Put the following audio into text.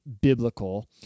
biblical